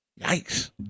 Yikes